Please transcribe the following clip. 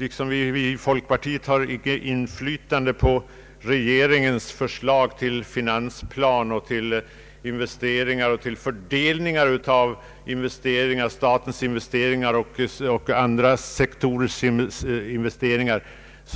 Vi inom folkpartiet har inte något inflytande på regeringens förslag till finansplan, till investeringar och till fördelningar av statens investeringar och andra sektorers investeringar.